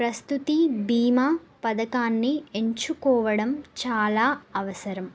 ప్రసూతి బీమా పథకాన్ని ఎంచుకోవడం చాలా అవసరం